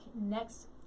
next